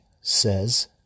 says